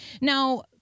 Now